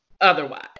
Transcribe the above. otherwise